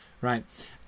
right